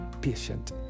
patient